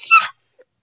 Yes